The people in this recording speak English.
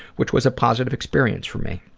which was a positive experience for me.